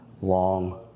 long